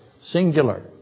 Singular